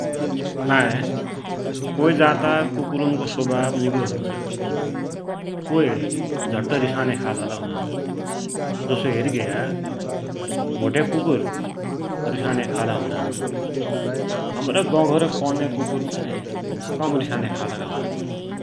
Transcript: नाइँ कोइ जातका कुकुरको सोवाव निको हुन्छ कोइ झट्टै रिसान्या लै हुनान । जसो हेरिग्या भोट्या कुकुर रिसान्या खालका हुनान, हमरा गौ-घर का कम रिसान्या खालका हुनान ।